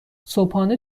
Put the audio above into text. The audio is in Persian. صبحانه